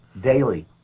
daily